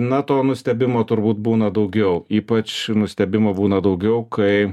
na to nustebimo turbūt būna daugiau ypač nustebimo būna daugiau kai